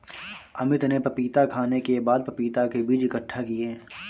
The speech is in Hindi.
अमित ने पपीता खाने के बाद पपीता के बीज इकट्ठा किए